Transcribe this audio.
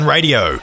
Radio